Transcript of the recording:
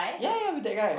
ya ya with that guy